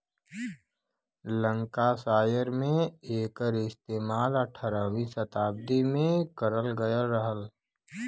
Lancashire में एकर इस्तेमाल अठारहवीं सताब्दी में करल गयल रहल